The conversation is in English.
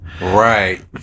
Right